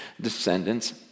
descendants